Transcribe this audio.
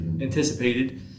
anticipated